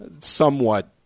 somewhat